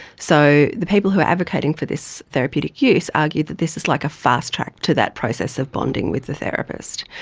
so the people who are advocating for this therapeutic use argue that this is like a fast-track to that process of bonding with the therapist.